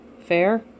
fair